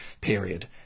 period